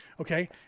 Okay